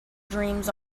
dreams